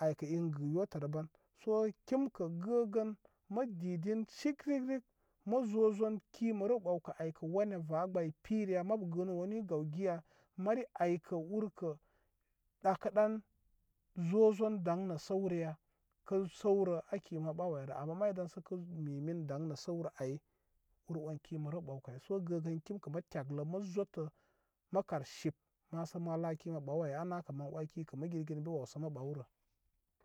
ai kə i kə' i gɨ yotə rə ban. Sə kim kə' gəgə mə didin sigrigrig mə zozon ki mə rew ɓawkə ai kə wanya? Vaa gbay pirə ya? Mabu gəə nuu wanu i gaw giya? Mari ai kə ur kə dakədan zozon daŋ na' səwrə ai ur on ki mə rew ɓaw kə' ai. sə gəgən kim kə mə tyaglə mə zotə mə kar sip maa sə ma laa ki mə ɓaw ai aa naa kə' mə wai ki kə' mə girgin ən bi waw sə mə ɓaw rə.